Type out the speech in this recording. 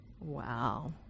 wow